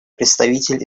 представитель